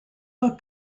are